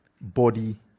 Body